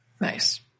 Nice